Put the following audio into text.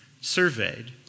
surveyed